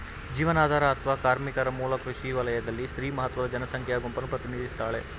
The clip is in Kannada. ಜೀವನಾಧಾರ ಅತ್ವ ಕಾರ್ಮಿಕರ ಮೂಲಕ ಕೃಷಿ ವಲಯದಲ್ಲಿ ಸ್ತ್ರೀ ಮಹತ್ವದ ಜನಸಂಖ್ಯಾ ಗುಂಪನ್ನು ಪ್ರತಿನಿಧಿಸ್ತಾಳೆ